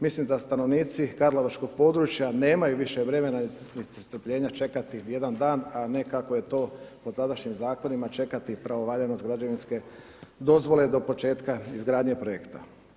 Mislim da stanovnici karlovačkog područja nemaju više vremena, niti strpljenja čekati jedan dan, a ne kako je to po tadašnjim zakonima čekati pravovaljanost građevinske dozvole do početka izgradnje projekta.